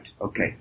Okay